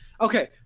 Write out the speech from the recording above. Okay